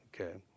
okay